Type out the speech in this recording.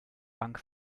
bank